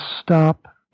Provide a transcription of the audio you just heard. stop